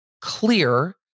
clear